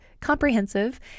comprehensive